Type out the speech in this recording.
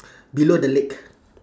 below the leg